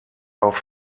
auch